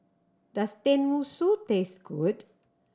does Tenmusu taste good